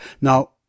Now